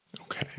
Okay